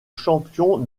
champion